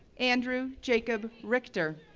andrew jacob richter,